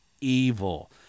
evil